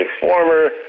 former